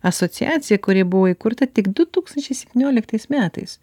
asociaciją kuri buvo įkurta tik du tūkstančiai septynioliktais metais